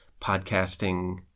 podcasting